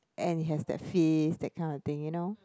and it has that fizz that kind of thing you know